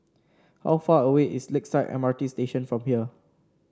how far away is Lakeside M R T Station from here